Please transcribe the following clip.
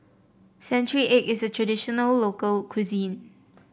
Century Egg is a traditional local cuisine